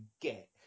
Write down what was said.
get